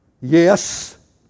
Yes